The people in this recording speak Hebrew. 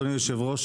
אדוני היושב-ראש,